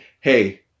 hey